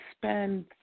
spend